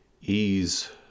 ease